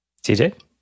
TJ